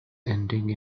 ending